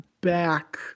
back